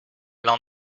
l’an